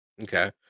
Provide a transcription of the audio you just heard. Okay